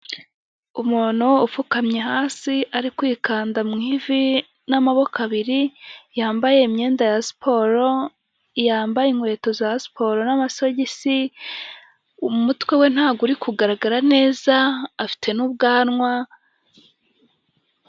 Umuntu upfukamye hasi ari kwikanda mu ivi n'amaboko abiri, yambaye imyenda ya siporo, yambaye inkweto za siporo n'amasogisi, umutwe we ntago uri kugaragara neza, afite n'ubwanwa.